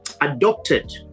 adopted